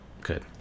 Good